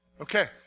Okay